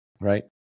right